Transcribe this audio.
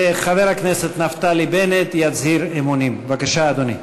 חבר הכנסת נפתלי בנט יצהיר אמונים, בבקשה, אדוני.